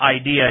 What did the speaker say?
idea